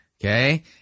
okay